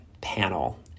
panel